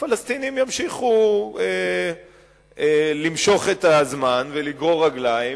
הפלסטינים ימשיכו למשוך את הזמן ולגרור רגליים,